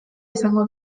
izango